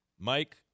Mike